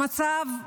המצב,